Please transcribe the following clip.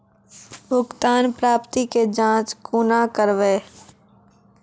भुगतान प्राप्ति के जाँच कूना करवै?